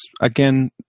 again